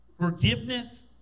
forgiveness